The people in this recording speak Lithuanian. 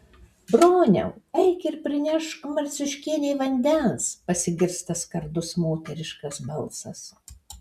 broniau eik ir prinešk marciuškienei vandens pasigirsta skardus moteriškas balsas